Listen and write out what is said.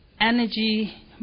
energy